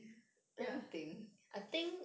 ya